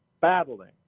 battling